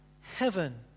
heaven